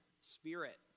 spirit